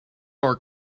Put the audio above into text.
our